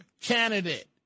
candidate